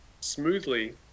smoothly